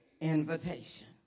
invitation